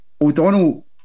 O'Donnell